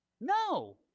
No